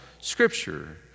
Scripture